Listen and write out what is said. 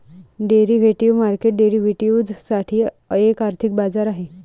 derivative market derivatives साठी एक आर्थिक बाजार आहे